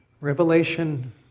Revelation